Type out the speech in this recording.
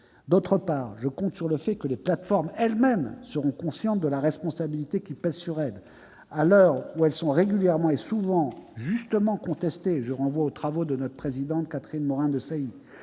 ailleurs, je compte sur le fait que les plateformes elles-mêmes seront conscientes de la responsabilité qui pèse sur elles. À l'heure où elles sont régulièrement et souvent justement contestées- je renvoie aux travaux de la présidente de la